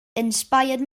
inspired